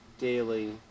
daily